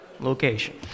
location